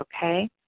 Okay